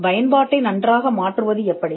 பயன்பாட்டை நன்றாக மாற்றுவது எப்படி